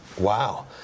Wow